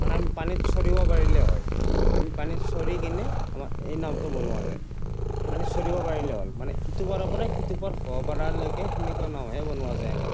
মানে আমি পানীত চৰিব পাৰিলেই হয় আমি পানীত চৰি কিনে আমাৰ এই নাওঁটো বনোৱা যায় পানীত চলিব পাৰিলেই হ'ল মানে ইটো পাৰৰ পৰা সিটো পাৰ হ'ব পৰালৈকে সেনেকুৱা নাওঁহে বনোৱা যায় আমাৰ